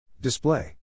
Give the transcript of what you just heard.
Display